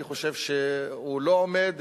אני חושב שהוא לא עומד,